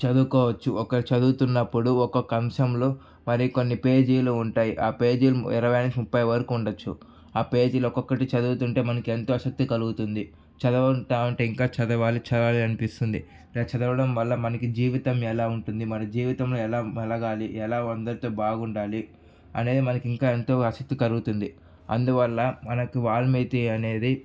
చదువుకోవచ్చు ఒకరు చదువుతున్నప్పుడు ఒక్కొక్క అంశంలో మరికొన్ని పేజీలు ఉంటాయి ఆ పేజీలు ఇరవై నుంచి ముప్పై వరకు ఉండవచ్చు ఆ పేజీలు ఒక్కొక్కటి చదువుతుంటే మనకి ఎంతో ఆసక్తి కలుగుతుంది చదువడంతా ఉంటే ఇంకా చదవాలి చదవాలి అనిపిస్తుంది ఇలా చదవడం వల్ల మనకి జీవితం ఎలా ఉంటుంది మన జీవితంలో ఎలా మెలగాలి ఎలా అందరితో బాగుండాలి అనేది మనకి ఇంకా ఎంతో ఆసక్తి కలుగుతుంది అందువల్ల మనకు వాల్మీకి అనేది